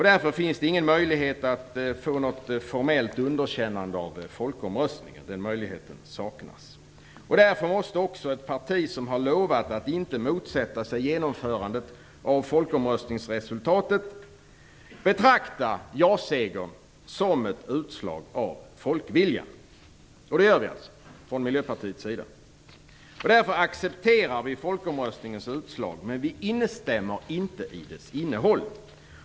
Därför finns det ingen möjlighet att få något formellt underkännande av folkomröstningen. Den möjligheten saknas. Därför måste också ett parti som har lovat att inte motsätta sig genomförandet av folkomröstningsresultatet betrakta ja-segern som ett utslag av folkviljan. Det gör vi från Miljöpartiets sida. Därför accepterar vi folkomröstningens utslag, men vi instämmer inte i dess innehåll.